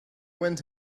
went